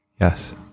Yes